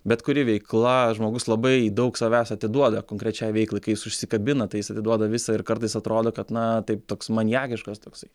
bet kuri veikla žmogus labai daug savęs atiduoda konkrečiai veiklai kai jis užsikabina tai jis atiduoda visa ir kartais atrodo kad na taip toks maniakiškas toksai